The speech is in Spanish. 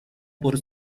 por